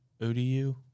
ODU